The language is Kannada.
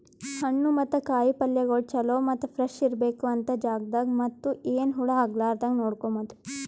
ಹಣ್ಣು ಮತ್ತ ಕಾಯಿ ಪಲ್ಯಗೊಳ್ ಚಲೋ ಮತ್ತ ಫ್ರೆಶ್ ಇರ್ಬೇಕು ಅಂತ್ ಜಾಗದಾಗ್ ಮತ್ತ ಏನು ಹಾಳ್ ಆಗಲಾರದಂಗ ನೋಡ್ಕೋಮದ್